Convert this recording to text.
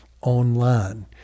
online